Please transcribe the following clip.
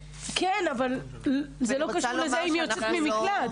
כן, אבל זה לא קשור לשאלה אם היא יוצאת ממקלט.